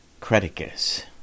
Creticus